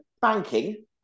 banking